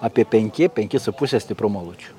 apie penki penki su puse stiprumo alučio